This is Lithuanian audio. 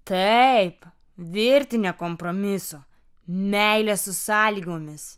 taip virtinė kompromisų meilė su sąlygomis